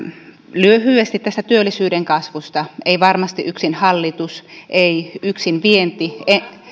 lyhyesti tästä työllisyyden kasvusta ei varmasti yksin hallitus ei yksin vienti